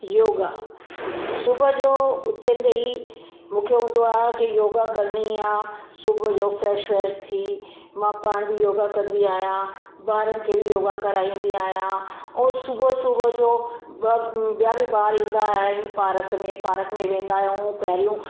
योगा सुबुह जो उथंदे ई मूंखे हूंदो आहे की योगा करणी आहे सुबुह जो फ्रेश व्रेश थी मां पाण बि योगा कंदी आहियां ॿारनि खे बि योगा कराईंदी आहियां ऐं सुबुह सुबुह जो ॿ ॿिया बि ॿार ईंदा आहिनि पार्क में पार्क में वेंदा आहियूं पहिरियों